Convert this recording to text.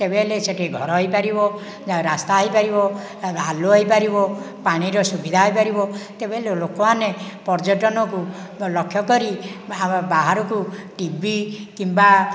ତେବେହେଲେ ସେଇଠି ଘର ହେଇପାରିବ ରାସ୍ତା ହେଇପାରିବ ଆଲୁଅ ହେଇପାରିବ ପାଣିର ସୁବିଧା ହେଇପାରିବ ତେବେ ଲୋକମାନେ ପର୍ଯ୍ୟଟନକୁ ଲକ୍ଷ୍ୟ କରି ବା ବାହାରକୁ ଟି ଭି କିମ୍ବା